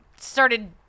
started